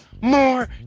More